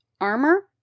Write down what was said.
armor